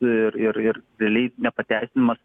ir ir ir realiai nepateisinamas